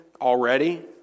already